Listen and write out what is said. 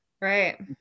Right